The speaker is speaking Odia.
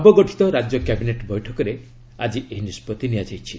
ନବଗଠିତ ରାଜ୍ୟ କ୍ୟାବିନେଟ୍ ବୈଠକରେ ଆଜି ଏହି ନିଷ୍ପତ୍ତି ନିଆଯାଇଛି